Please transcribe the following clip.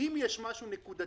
אם יש משהו נקודתי,